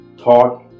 thought